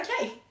Okay